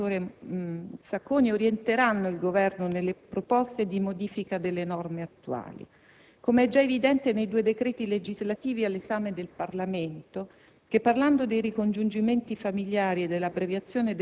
Queste linee di intervento - lo ricordava anche il senatore Sacconi - orienteranno il Governo nelle proposte di modifica delle norme attuali, com'è già evidente nei due decreti legislativi all'esame del Parlamento,